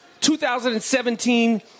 2017